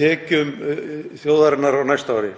tekjum þjóðarinnar á næsta ári.